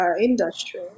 industry